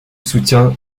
soutien